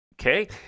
Okay